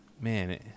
man